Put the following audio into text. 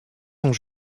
sont